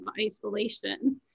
isolation